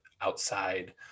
outside